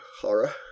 horror